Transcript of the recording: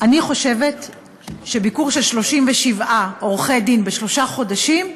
אני חושבת שביקור של 37 עורכי-דין בשלושה חודשים,